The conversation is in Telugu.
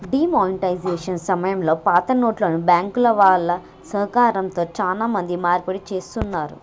డీ మానిటైజేషన్ సమయంలో పాతనోట్లను బ్యాంకుల వాళ్ళ సహకారంతో చానా మంది మార్పిడి చేసుకున్నారు